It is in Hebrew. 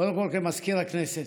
קודם כול, כמזכיר הכנסת,